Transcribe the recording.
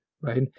right